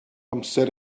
amser